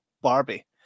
barbie